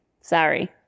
Sorry